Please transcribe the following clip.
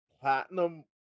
platinum